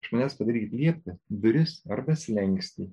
iš manęs padarykit lieptą duris arba slenkstį